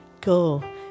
Go